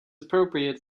appropriate